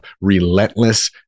relentless